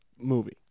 movie